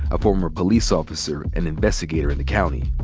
a former police officer and investigator in the county.